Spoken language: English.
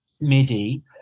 midi